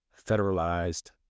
federalized